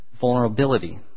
vulnerability